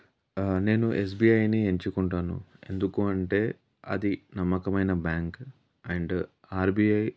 నేను ఎస్బిఐని ఎంచుకుంటాను ఎందుకు అంటే అది నమ్మకమైన బ్యాంక్ అండ్ ఆర్బిఐ